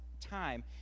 time